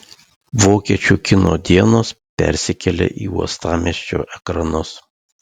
vokiečių kino dienos persikelia į uostamiesčio ekranus